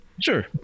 Sure